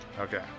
Okay